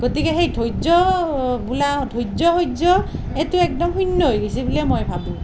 গতিকে সেই ধৈৰ্য্য বোলা ধৈৰ্য্য সহ্য এইটো একদম শূন্য হৈ গেছি বুলিয়ে মই ভাৱোঁ